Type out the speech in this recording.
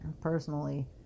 personally